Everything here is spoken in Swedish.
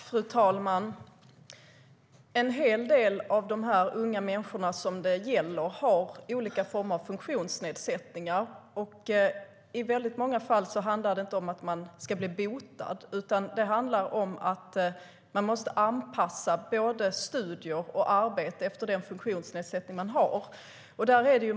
Fru talman! En hel del av de här unga människorna som det gäller har olika former av funktionsnedsättningar. I väldigt många fall handlar det inte om att man ska bli botad, utan det handlar om att både studier och arbete måste anpassas efter den funktionsnedsättning man har.